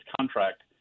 contract